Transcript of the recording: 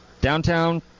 downtown